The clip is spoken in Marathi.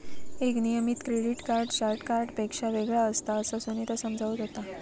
एक नियमित क्रेडिट कार्ड चार्ज कार्डपेक्षा वेगळा असता, असा सुनीता समजावत होता